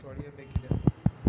ತೊಳೆಯ ಬೇಕಿದೆ